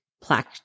plaque